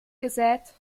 gesät